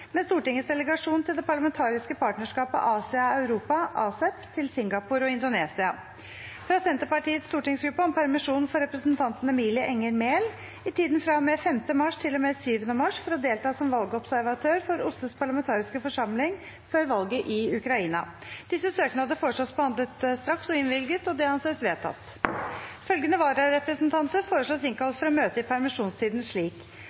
med Stortingets delegasjon til det parlamentariske partnerskapet Asia–Europa, ASEP, til Singapore og Indonesia fra Senterpartiets stortingsgruppe om permisjon for representanten Emilie Enger Mehl i tiden fra og med 5. mars til og med 7. mars for å delta som valgobservatør for OSSEs parlamentariske forsamling før valget i Ukraina Etter forslag fra presidenten ble enstemmig besluttet: Søknadene behandles straks og innvilges. Følgende vararepresentanter